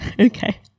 Okay